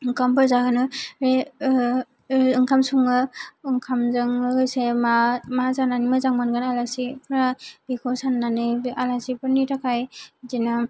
ओंखामफोर जाहोनो ओंखाम सङो ओंखामजों लोगोसे मा जानानै मोजां मोनगोन आलासिफोरा बेखौ साननानै बे आलासिफोरनि थाखाय बिदिनो